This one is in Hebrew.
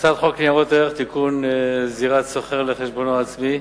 הצעת חוק ניירות ערך (תיקון) (זירת סוחר לחשבונו העצמי).